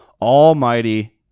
Almighty